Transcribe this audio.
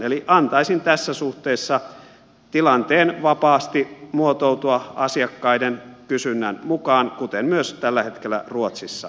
eli antaisin tässä suhteessa tilanteen vapaasti muotoutua asiakkaiden kysynnän mukaan kuten myös tällä hetkellä ruotsissa menetellään